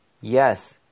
Yes